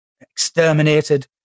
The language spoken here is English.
exterminated